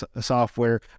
software